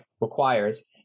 requires